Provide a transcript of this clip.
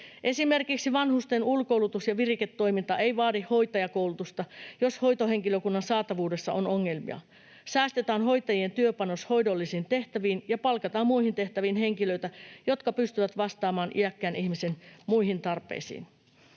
Esimerkiksi vanhusten ulkoilutus ja viriketoiminta ei vaadi hoitajakoulutusta, jos hoitohenkilökunnan saatavuudessa on ongelmia. Säästetään hoitajien työpanos hoidollisiin tehtäviin ja palkataan muihin tehtäviin henkilöitä, jotka pystyvät vastaamaan iäkkään ihmisen muihin tarpeisiin.